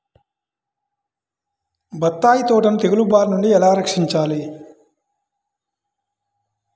బత్తాయి తోటను తెగులు బారి నుండి ఎలా రక్షించాలి?